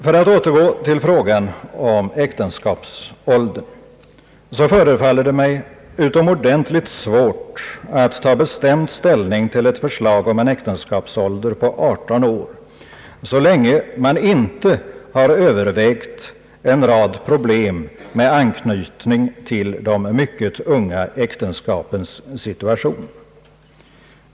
För att återgå till frågan om äktenskapsålder så förefaller det mig utomordentligt svårt att ta bestämd ställning till ett förslag om en äktenskapsålder på 18 år, så länge man inte har övervägt en rad problem med anknytning till de mycket unga äktenskapens situation.